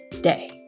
day